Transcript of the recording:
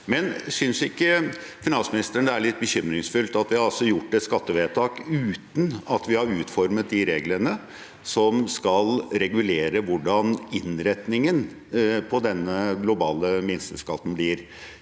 finansministeren det er litt bekymringsfullt at vi har gjort et skattevedtak uten at vi har utformet de reglene som skal regulere hvordan innretningen på denne globale minsteskatten blir?